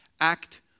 act